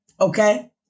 okay